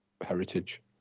heritage